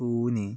Pune